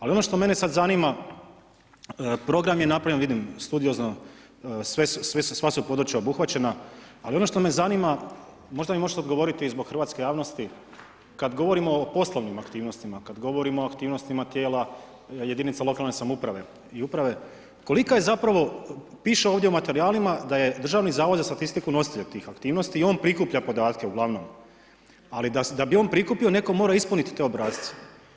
Ali ono što mene sad zanima, program je napravljen, vidim studiozno, sva su područja obuhvaćena, ali ono što me zanima, možda mi možete odgovoriti i zbog hrvatske javnosti, kad govorimo o poslovnim aktivnostima, kad govorimo o aktivnostima tijela jedinica lokalne samouprave i uprave, kolika je zapravo, piše ovdje u materijalima da je Državni zavod za statistiku nositelj tih aktivnosti i on prikuplja podatke uglavnom, ali da bi on prikupio, netko mora ispunit te obrasce.